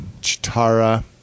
Chitara